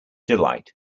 delight